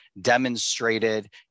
demonstrated